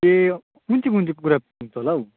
ए कुन चाहिँ कुन चाहिँ कुखुरा हुन्छ होला हौ